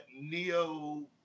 Neo